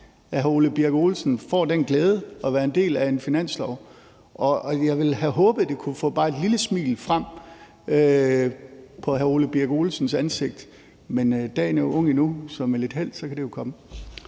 at hr. Ole Birk Olesen får den glæde at være en del af en finanslov, og jeg ville have håbet, at det kunne få bare et lille smil frem på hr. Ole Birk Olesens ansigt. Men dagen er ung endnu, så med lidt held kan det jo komme.